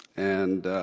and